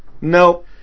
No